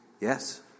yes